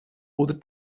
oder